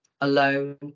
alone